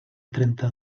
trenta